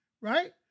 right